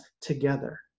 together